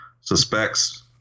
suspects